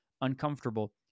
uncomfortable